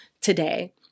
today